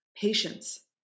patience